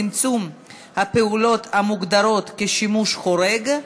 צמצום הפעולות המוגדרות כשימוש חורג),